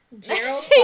Gerald